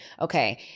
okay